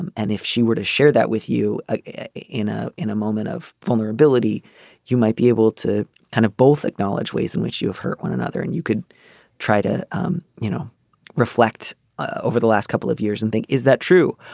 and and if she were to share that with you ah in a in a moment of vulnerability you might be able to kind of both acknowledge ways in which you have hurt one another and you could try to um you know reflect over the last couple of years and think is that true.